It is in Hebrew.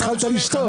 התחלת לשתות.